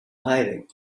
hiding